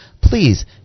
Please